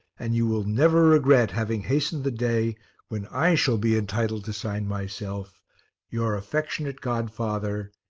and you will never regret having hastened the day when i shall be entitled to sign myself your affectionate godfather,